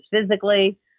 physically